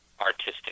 artistic